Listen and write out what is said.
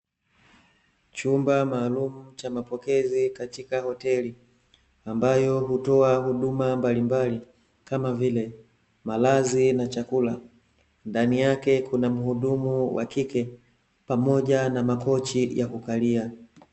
Chumba maalumu cha mapokezi katika hoteli ambayo hutoa huduma mbalimbali kama vile malazi na chakula. Ndani yake kuna mhudumu wa kike pamoja na makochi ya kukalia.